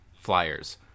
flyers